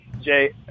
Jay